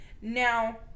Now